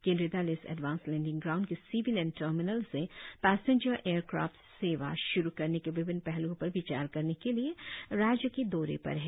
केंद्रीय दल इस एडवांस लैंडिंग ग्राउंड के सिविलियन टर्मिनल से पैसेंजर एयरक्राफ्ट सेवा श्रु करने के विभिन्न पहल्ओं पर विचार करने के लिए राज्य के दौरे पर है